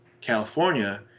California